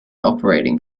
operating